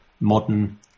modern